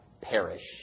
perish